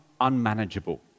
unmanageable